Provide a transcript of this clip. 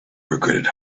regretted